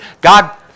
God